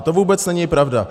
To vůbec není pravda.